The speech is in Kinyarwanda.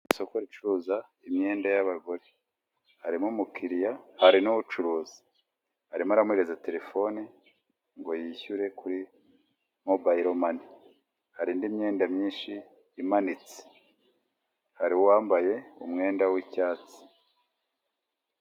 Isoko ricuruza imyenda y'abagore harimo umukiriya hari n'ucuruzi, arimo aramuhereza telefone ngo yishyure kuri mubayiro mane, hari indi myenda myinshi imanitse hari uwambaye umwenda w'icyatsi.